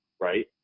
right